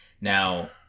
Now